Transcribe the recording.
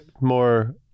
more